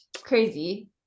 crazy